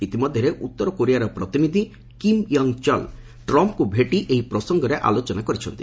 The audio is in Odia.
ଇତିମଧ୍ୟରେ ଉତ୍ତର କୋରିଆର ରାଷ୍ଟ୍ରଦୂତ କିମ୍ ୟଙ୍ଗ ଚଲ ଟ୍ରମ୍ପଙ୍କୁ ଭେଟି ଏହି ପ୍ରସଙ୍ଗରେ ଆଲୋଚନା କରିଛନ୍ତି